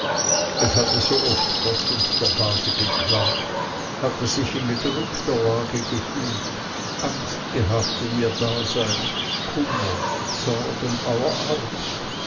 es hatte so oft gott und der base geklagt hatte sich in gedrückter lage gefühlt angst gehabt um ihr dasein kummer sorgen aller art